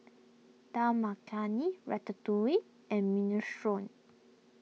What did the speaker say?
Dal Makhani Ratatouille and Minestrone